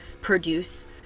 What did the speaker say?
produce